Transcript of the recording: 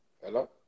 Hello